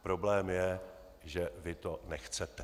Problém je, že vy to nechcete.